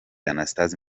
anastase